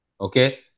Okay